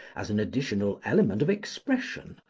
as an additional element of expression,